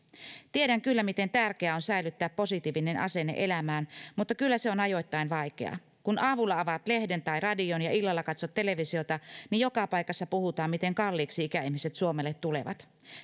tiedän kyllä miten tärkeää on säilyttää positiivinen asenne elämään mutta kyllä se on ajoittain vaikeaa kun aamulla avaat lehden tai radion ja illalla katsot televisiota niin joka paikassa puhutaan miten kalliiksi ikäihmiset suomelle tulevat